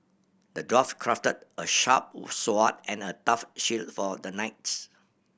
the dwarf crafted a sharp sword and a tough shield for the knight